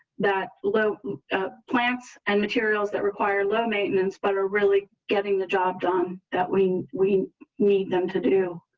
that low plants and materials that require low maintenance, but are really getting the job done that we we need them to do.